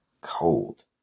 Cold